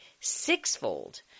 sixfold